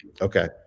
Okay